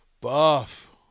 Buff